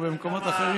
או במקומות אחרים.